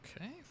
Okay